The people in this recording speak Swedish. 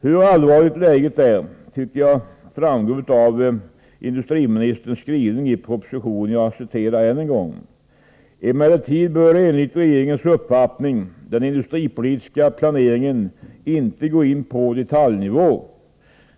Hur allvarligt läget är framgår av industriministerns skrivning i propositionen: ”Emellertid bör enligt regeringens uppfattning den industripolitiska planeringen inte gå in på detaljnivå.